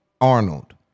Arnold